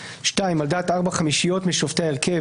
(2) על דעת ארבע חמישיות משופטי ההרכב,